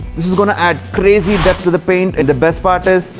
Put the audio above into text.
this is gonna add crazy depth to the paint and the best part is.